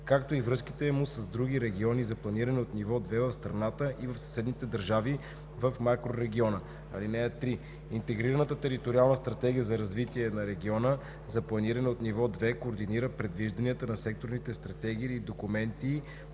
както и връзките му с други региони за планиране от ниво 2 в страната и в съседните държави в макрорегиона. (3) Интегрираната териториална стратегия за развитие на региона за планиране от ниво 2 координира предвижданията на секторните стратегии и документи